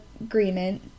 agreement